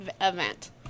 event